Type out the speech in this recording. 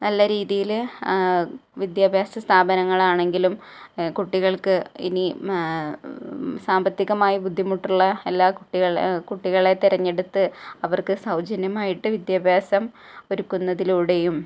നല്ല രീതിയില് വിദ്യാഭ്യാസ സ്ഥാപനങ്ങളാണങ്കിലും കുട്ടികൾക്ക് ഇനി സാമ്പത്തികമായി ബുദ്ധിമുട്ടുള്ള എല്ലാ കുട്ടികളെ കുട്ടികളെ തെരഞ്ഞെടുത്ത് അവർക്ക് സൗജന്യമായിട്ട് വിദ്യാഭ്യാസം ഒരുക്കുന്നതിലൂടെയും